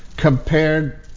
compared